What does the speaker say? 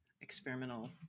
experimental